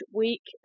week